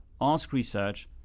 askresearch